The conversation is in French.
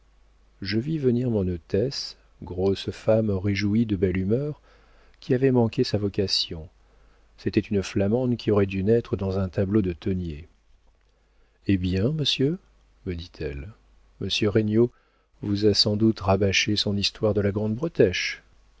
je vis venir mon hôtesse grosse femme réjouie de belle humeur qui avait manqué sa vocation c'était une flamande qui aurait dû naître dans un tableau de teniers eh bien monsieur me dit-elle monsieur regnault vous a sans doute rabâché son histoire de la grande bretèche